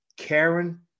Karen